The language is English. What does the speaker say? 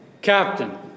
Captain